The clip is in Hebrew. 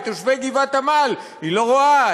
את תושבי גבעת-עמל היא לא רואה,